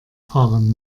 fahren